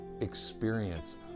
experience